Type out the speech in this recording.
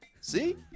see